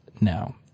now